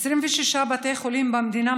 26 בתי חולים במדינה,